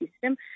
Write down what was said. system